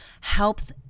helps